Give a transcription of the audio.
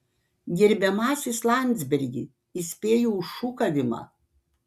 gerbiamasis landsbergi įspėju už šūkavimą